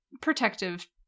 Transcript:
protective